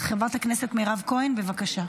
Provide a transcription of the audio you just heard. חברת הכנסת מירב כהן, בבקשה.